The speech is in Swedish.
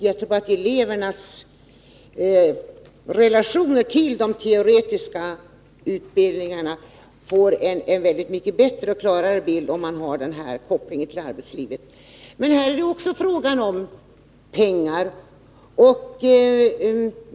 Jag tror att elevernas relationer till de teoretiska utbildningarna blir mycket bättre och klarare om man har den kopplingen till arbetslivet. Men här är det också fråga om pengar.